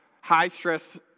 high-stress